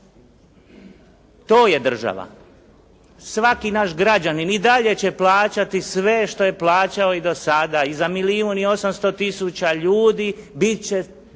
To je država. Svaki naš građanin i dalje će plaćati sve što je plaćao i do sada i za milijun i 800 tisuća ljudi bit će